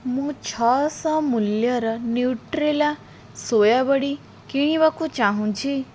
ମୁଁ ଛଅଶହ ମୂଲ୍ୟର ନ୍ୟୁଟ୍ରେଲା ସୋୟା ବଡ଼ି କିଣିବାକୁ ଚାହୁଁଛି